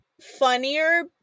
funnier